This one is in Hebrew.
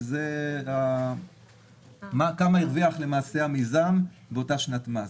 שזה כמה הרוויח למעשה המיזם באותה שנת מס.